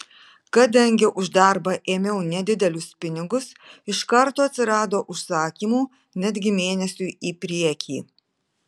kadangi už darbą ėmiau nedidelius pinigus iš karto atsirado užsakymų netgi mėnesiui į priekį